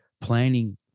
planning